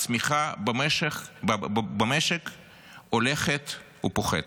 הצמיחה במשק הולכת ופוחתת.